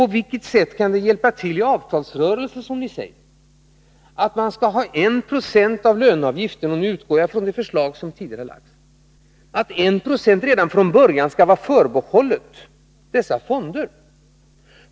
På vilket sätt kan det hjälpa till i avtalsrörelsen, som ni säger, att 1 90 av löneavgiften — jag utgår från det förslag som tidigare har lagts — redan från början skall vara förbehållen dessa fonder?